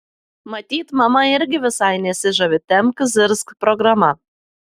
matyt mama irgi visai nesižavi tempk zirzk programa